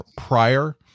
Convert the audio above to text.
prior